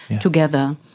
together